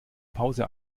pause